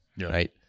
right